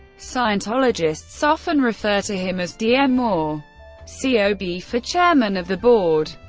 scientologists often refer to him as dm, or c o b, for chairman of the board.